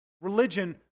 religion